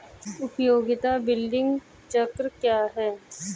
उपयोगिता बिलिंग चक्र क्या है?